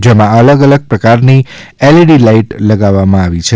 જેમાં અલગ અલગ પ્રકારની એલઇડી લાઇટ લગાવી છે